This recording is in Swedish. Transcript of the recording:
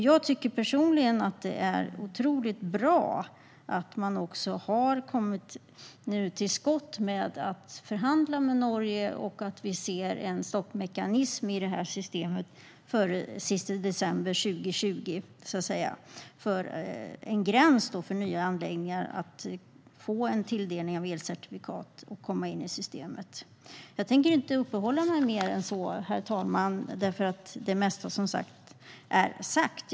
Jag tycker personligen att det är otroligt bra att man har kommit till skott med att förhandla med Norge och att det finns en stoppmekanism i systemet satt till den 31 december 2020. Det är fråga om en gräns för nya anläggningar att få en tilldelning av elcertifikat och komma in i systemet. Jag tänker inte uppehålla mig mer än så vid ämnet, herr talman. Det mesta är sagt.